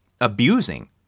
abusing